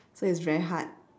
so it's very hard